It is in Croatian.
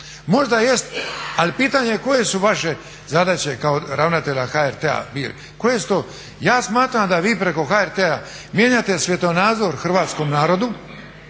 Možda jest, ali pitanje je koje su vaše zadaće kao ravnatelja HRT-a. Ja smatram da vi preko HRT-a mijenjate svjetonazor hrvatskom narodu,